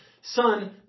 son